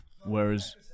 Whereas